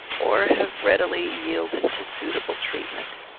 or have readily yielded to suitable treatment.